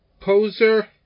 Poser